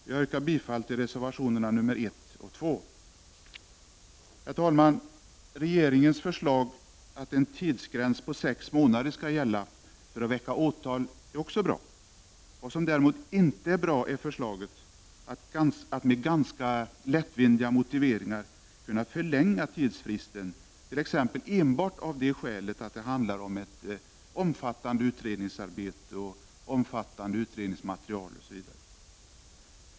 Jag yrkar bifall till reservationerna 1 och 2. Herr talman! Regeringens förslag om att en tidsgräns om sex månader skall gälla för att få väcka åtal är bra. Vad som däremot inte är bra är förslaget om att man med ganska lättvindiga motiveringar skall kunna förlänga tidsfristen, t.ex. enbart av det skälet att det handlar om ett omfattande utredningsarbete eller utredningsmaterial.